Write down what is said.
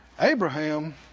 Abraham